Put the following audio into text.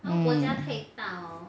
mm